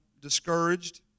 discouraged